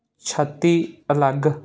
ਛਾਤੀ ਅਲੱਗ